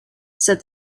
said